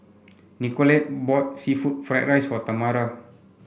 Nicolette bought seafood Fried Rice for Tamara